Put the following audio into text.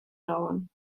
dauern